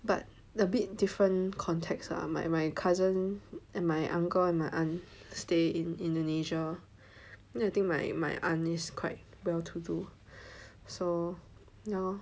but a bit different context ah my cousin and my uncle and my aunt stay in Indonesia then I think my my aunt is quite well to do so ya lor